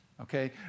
okay